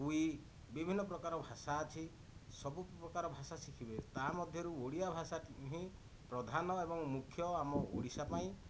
କୁଇ ବିଭିନ୍ନ ପ୍ରକାର ଭାଷା ଅଛି ସବୁ ପ୍ରକାର ଭାଷା ଶିଖିବେ ତା ମଧ୍ୟରୁ ଓଡ଼ିଆ ଭାଷା ହିଁ ପ୍ରାଧାନ ଏବଂ ମୁଖ୍ୟ ଆମ ଓଡ଼ିଶା ପାଇଁ